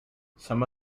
some